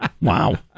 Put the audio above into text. Wow